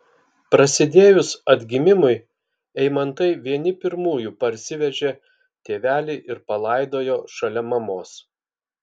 prasidėjus atgimimui eimantai vieni pirmųjų parsivežė tėvelį ir palaidojo šalia mamos